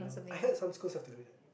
I heard some schools have to do that